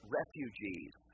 refugees